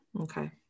Okay